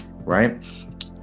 right